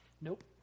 Nope